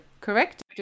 correct